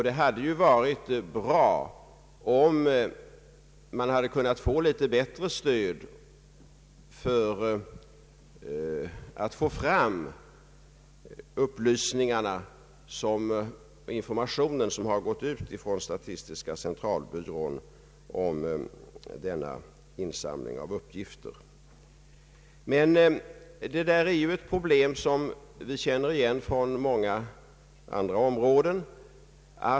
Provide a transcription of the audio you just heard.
Det hade ju varit bra om man kunnat få litet bättre stöd för att få fram informationen som har gått ut från statistiska centralbyrån om insamlingen av ifrågavarande uppgifter. Detta är emellertid ett problem som vi känner igen från många andra områden.